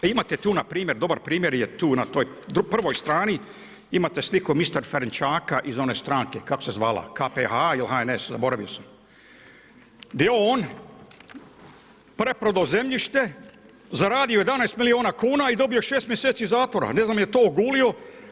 Imate tu npr. dobar primjer je tu na toj prvoj strani imate sliku mister Fereščanka iz one stranke kako se zvala, KPH ili HNS, zaboravio sam, gdje je on preprodao zemljište, zaradio 11 milijuna kuna i dobio 6 mjeseci zatvora, ne znam jel to ogulio.